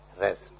rest